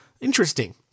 Interesting